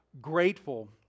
grateful